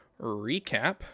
recap